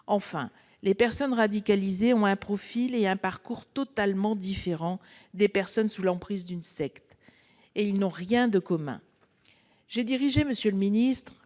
Enfin, les personnes radicalisées ont un profil et un parcours totalement différents de ceux des personnes sous l'emprise d'une secte ; ils n'ont rien de commun. J'ai dirigé pendant